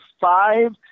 five